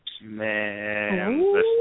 Man